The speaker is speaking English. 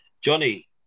Johnny